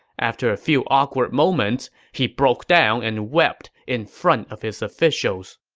after a few awkward moments, he broke down and wept in front of his officials